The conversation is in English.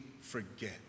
forget